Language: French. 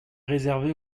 réservée